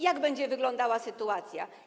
Jak będzie wyglądała sytuacja?